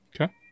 Okay